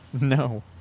No